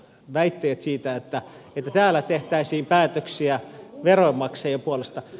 väitteet siitä että täällä tehtäisiin päätöksiä veronmaksajien puolesta